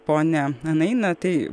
pone naina tai